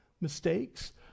mistakes